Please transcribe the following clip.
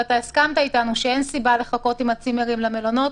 והסכמת איתנו שאין סיבה לחכות עם הצימרים למלונות,